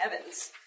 Evans